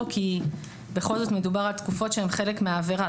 כי בכל זאת מדובר על תקופות שהן חלק מהעבירה.